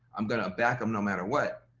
i'm gonna back em no matter what,